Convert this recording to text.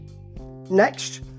Next